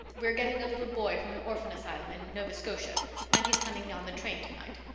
we're getting a little boy from an orphan asylum in nova scotia and he's coming on the train tonight.